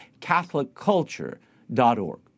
catholicculture.org